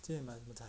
今天你买什么菜